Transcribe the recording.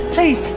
Please